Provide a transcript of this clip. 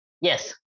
Yes